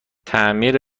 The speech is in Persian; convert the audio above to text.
تعمیر